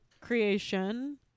creation